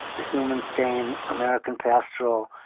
the human stain, american pastoral,